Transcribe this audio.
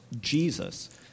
Jesus